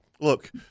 look